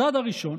הצעד הראשון,